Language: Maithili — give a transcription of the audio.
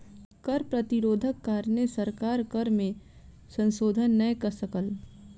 कर प्रतिरोधक कारणेँ सरकार कर नियम में संशोधन नै कय सकल